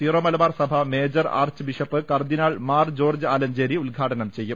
Syro Malabar സഭ major archbishop കർദ്ദിനാൾ Mar George Alencherry ഉദ്ഘാടനം ചെയ്യും